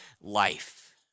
life